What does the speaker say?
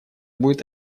будет